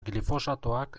glifosatoak